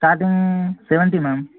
starting seventy ma'am